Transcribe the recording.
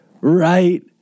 right